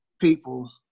people